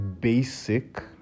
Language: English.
basic